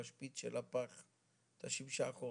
בשפיץ של הפח את השמשה האחורית.